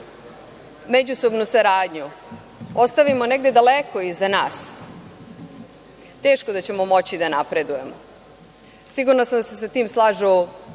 međusobnu saradnju, ostavimo negde daleko iza nas teško da ćemo moći da napredujemo. Sigurna sam da se sa tim slažu